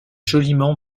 joliment